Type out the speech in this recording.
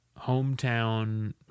hometown